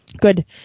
Good